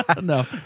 No